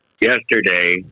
yesterday